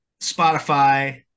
spotify